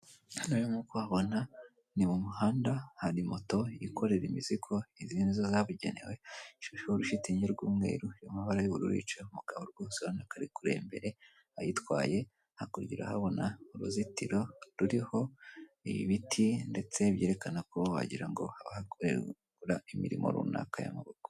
Hano rero nk'uko uhabona ni mu muhanda hari moto yikorera imizigo izi nizo zabugenewe ishasheho urushitingi rw'umweru rw'amabara y'ubururu, yicayeho umugabo rwose urabo ko ari kureba imbere ayitwaye hakurya urahabona uruzitiro ruriho ibiti ndetse byerekana ko wagirango ngo bahakorera imirimo runaka y'amaboko.